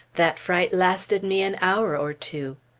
that fright lasted me an hour or two.